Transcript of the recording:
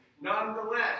nonetheless